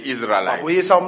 Israelites